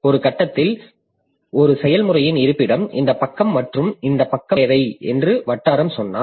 ஒரு கட்டத்தில் ஒரு செயல்முறையின் இருப்பிடம் இந்த பக்கம் மற்றும் இந்த பக்கம் தேவை என்று வட்டாரம் சொன்னால்